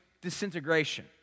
disintegration